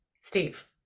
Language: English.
Steve